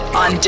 on